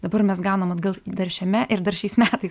dabar mes gaunam atgal dar šiame ir dar šiais metais